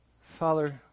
Father